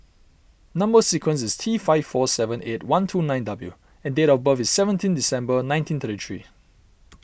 Number Sequence is T five four seven eight one two nine W and date of birth is seventeen December nineteen thirty three